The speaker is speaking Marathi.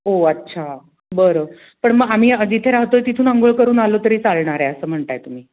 ओ अच्छा बरं पण मग आम्ही जिथे राहतो आहे तिथून आंघोळ करून आलो तरी चालणार आहे असं म्हणताय तुम्ही